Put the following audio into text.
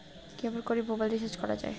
কেমন করে mobile recharge করা য়ায়?